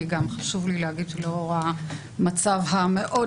וגם חשוב לי להגיד שלאור המצב המאוד